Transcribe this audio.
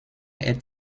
est